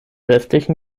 restliche